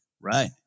right